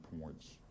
points